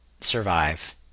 survive